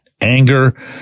anger